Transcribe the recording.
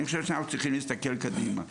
אני חושב שאנחנו צריכים להסתכל קדימה.